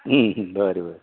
बरें बरें बरें